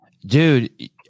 Dude